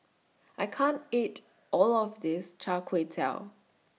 I can't eat All of This Chai Kway Tow